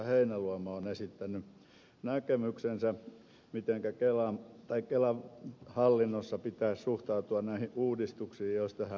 heinäluoma on esittänyt näkemyksensä mitenkä kelan hallinnossa pitäisi suhtautua näihin uudistuksiin joista hän puhui